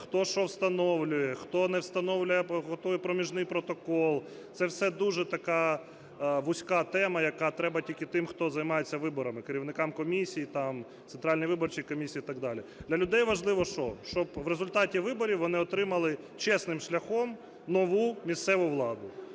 хто що встановлює, хто не встановлює, або готує проміжний протокол. Це все дуже така вузька тема, яка треба тільки тим, хто займається виборами: керівникам комісії, Центральній виборчій комісії і так далі. Для людей важливо що? Щоб у результаті виборів вони отримали чесним шляхом нову місцеву владу.